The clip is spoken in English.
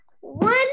One